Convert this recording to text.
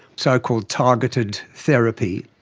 so-called targeted therapy.